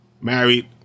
married